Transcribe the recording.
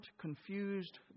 confused